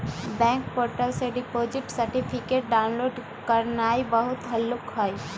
bank portal से deposit certificate download करनाइ बहुते हल्लुक हइ